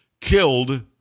killed